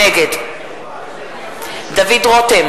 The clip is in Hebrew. נגד דוד רותם,